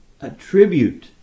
attribute